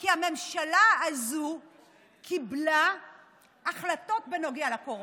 כי הממשלה הזו קיבלה החלטות בנוגע לקורונה.